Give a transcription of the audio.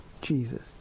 Jesus